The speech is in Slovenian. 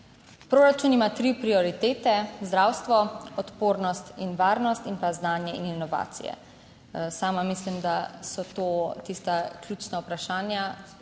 Proračun ima tri prioritete: zdravstvo, odpornost in varnost in pa znanje in inovacije. Sama mislim, da so to tista ključna vprašanja,